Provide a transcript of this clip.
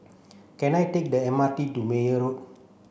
can I take the M R T to Meyer Road